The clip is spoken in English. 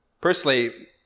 Personally